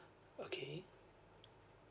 okay